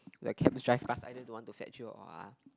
the cab drive past either don't want to fetch you or are